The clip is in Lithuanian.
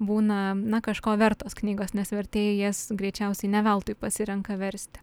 būna na kažko vertos knygos nes vertėjai jas greičiausiai ne veltui pasirenka versti